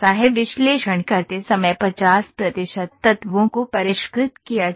विश्लेषण करते समय 50 प्रतिशत तत्वों को परिष्कृत किया जाता है